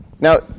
Now